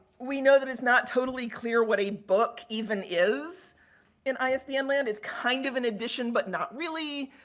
we know that it's not totally clear what a book even is in isbn land. it's kind of an addition but not really.